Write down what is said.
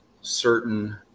certain